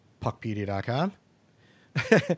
puckpedia.com